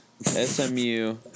SMU